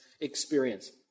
experience